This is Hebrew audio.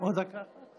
אדוני השר,